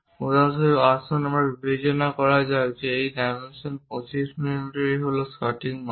উদাহরণস্বরূপ আসুন বিবেচনা করা যাক এই ডাইমেনশন 25 মিমিই হল সঠিক মাপ